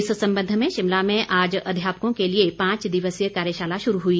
इस संबंध में शिमला में आज अध्यापकों के लिए पांच दिवसीय कार्यशाला शुरू हुई